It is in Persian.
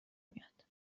میاد